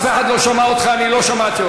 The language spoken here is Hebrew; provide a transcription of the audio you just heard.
לא מקבל.